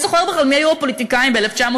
מי זוכר בכלל מי היו הפוליטיקאים ב-1997